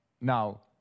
now